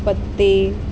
पत्ते